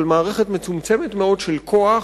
אבל מערכת מצומצמת מאוד של כוח,